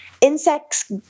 insects